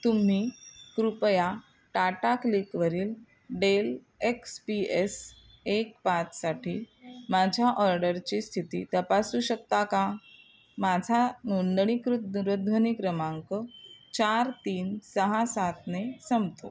तुम्ही कृपया टाटा क्लिकवरील डेल एक्स पी एस एक पाचसाठी माझ्या ऑर्डरची स्थिती तपासू शकता का माझा नोंदणीकृत दूरध्वनी क्रमांक चार तीन सहा सातने संपतो